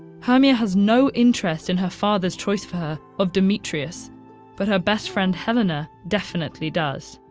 hermia has no interest in her father's choice for her of demetrius but her best friend helena definitely does.